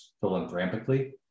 philanthropically